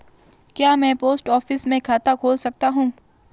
क्या मैं post office में खाता खोल सकता हूँ?